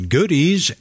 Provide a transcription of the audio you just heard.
Goodies